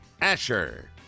Asher